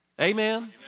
Amen